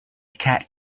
cat